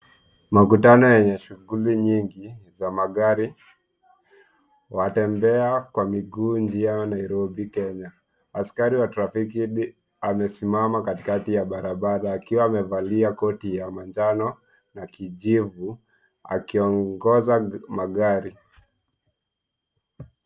Makutano yenye shughuli nyingi za magari. Watembea kwa miguu njia Nairobi Kenya. Askari wa trafiki amesimama kati kati ya barabara akiwa amevalia koti ya manjano na kijivu akiongoza magari.